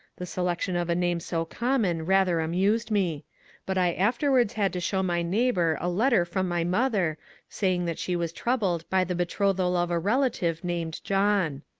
the selection of a name so common rather amused me but i afterwards had to show my neighbour a letter from my mother saying that she was troubled by the betrothal of a relative named john.